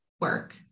work